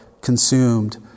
consumed